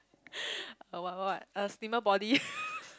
uh what what what a slimmer body